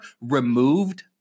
removed